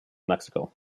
mexico